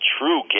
true